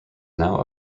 now